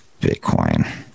Bitcoin